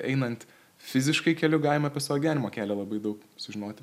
einant fiziškai keliu galima apie savo gyvenimo kelią labai daug sužinoti